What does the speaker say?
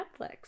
Netflix